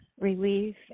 relief